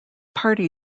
party